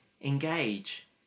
engage